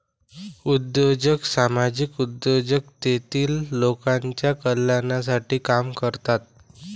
उद्योजक सामाजिक उद्योजक तेतील लोकांच्या कल्याणासाठी काम करतात